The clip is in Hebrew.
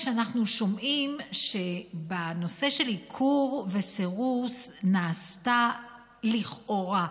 כשאנחנו שומעים שבנושא של עיקור וסירוס נעשתה לכאורה,